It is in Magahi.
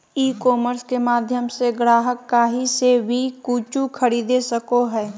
ई कॉमर्स के माध्यम से ग्राहक काही से वी कूचु खरीदे सको हइ